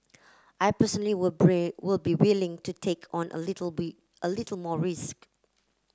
I personally would would be willing to take on a little a little more risk